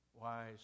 wise